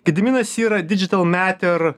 gediminas yra didžital meter